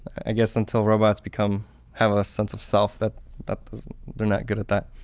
i guess until robots become have a sense of self that that they're not good at that.